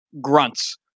grunts